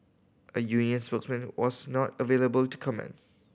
a union spokesman was not available to comment